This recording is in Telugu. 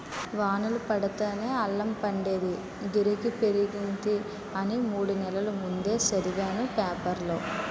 వానలు పడితేనే అల్లం పండేదీ, గిరాకీ పెరిగేది అని మూడు నెల్ల ముందే సదివేను పేపరులో